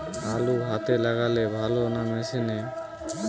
আলু হাতে লাগালে ভালো না মেশিনে?